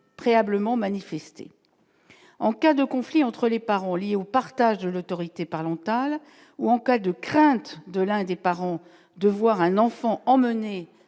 préalablement manifesté en cas de conflit entre les parents, liée au partage de l'autorité parlons ou en cas de crainte de l'un des parents de voir un enfant emmené